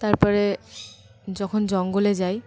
তার পরে যখন জঙ্গলে যাই